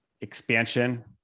expansion